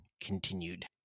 continued